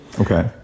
Okay